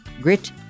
Grit